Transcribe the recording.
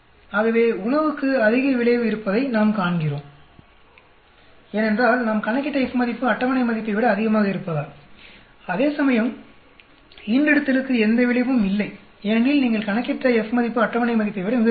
ஆகவே உணவுக்கு அதிக விளைவு இருப்பதை நாம் காண்கிறோம்ஏனென்றால் நாம் கணக்கிட்ட F மதிப்பு அட்டவணை மதிப்பை விட அதிகமாக இருப்பதால் அதேசமயம் ஈன்றெடுத்தலுக்கு எந்த விளைவும் இல்லை ஏனெனில் நீங்கள் கணக்கிட்ட F மதிப்பு அட்டவணை மதிப்பை விட மிகக் குறைவு